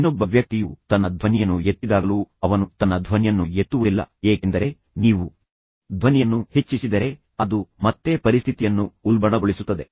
ಇನ್ನೊಬ್ಬ ವ್ಯಕ್ತಿಯು ತನ್ನ ಧ್ವನಿಯನ್ನು ಎತ್ತಿದಾಗಲೂ ಅವನು ತನ್ನ ಧ್ವನಿಯನ್ನು ಎತ್ತುವುದಿಲ್ಲ ಏಕೆಂದರೆ ನೀವು ಧ್ವನಿಯನ್ನು ಹೆಚ್ಚಿಸಿದರೆ ಅದು ಮತ್ತೆ ಪರಿಸ್ಥಿತಿಯನ್ನು ಉಲ್ಬಣಗೊಳಿಸುತ್ತದೆ